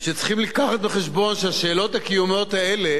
שצריכים להביא בחשבון שהשאלות הקיומיות האלה